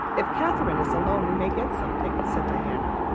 if catherine is alone we may get something, said diana,